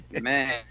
Man